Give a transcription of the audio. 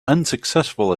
unsuccessful